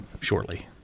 shortly